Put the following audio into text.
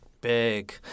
big